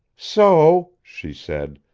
so, she said,